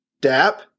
Dap